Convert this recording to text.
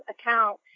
account